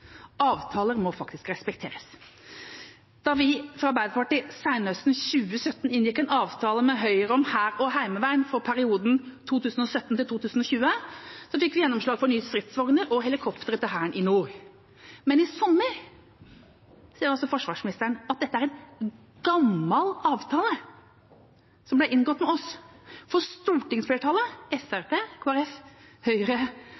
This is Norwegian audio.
Avtaler må faktisk respekteres. Da vi i Arbeiderpartiet senhøsten 2017 inngikk en avtale med Høyre om hær og heimevern for perioden 2017–2020, fikk vi gjennomslag for nye stridsvogner og helikoptre til Hæren i nord. Men i sommer sa forsvarsministeren at avtalen som ble inngått med oss, er en gammel avtale, for stortingsflertallet – Fremskrittspartiet, Kristelig Folkeparti, Høyre